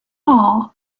are